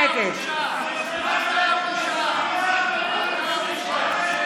נגד אופיר כץ, בעד חיים כץ, אינו נוכח ישראל כץ,